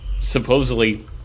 supposedly